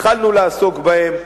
התחלנו לעסוק בהם.